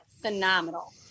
phenomenal